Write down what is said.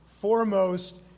foremost